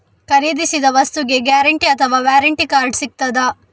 ಖರೀದಿಸಿದ ವಸ್ತುಗೆ ಗ್ಯಾರಂಟಿ ಅಥವಾ ವ್ಯಾರಂಟಿ ಕಾರ್ಡ್ ಸಿಕ್ತಾದ?